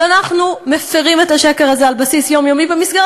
ואנחנו מפרים את השקר הזה על בסיס יומיומי במסגרת